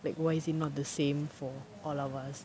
like why is it not the same for all of us